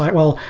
well,